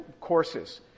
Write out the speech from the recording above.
courses